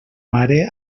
mare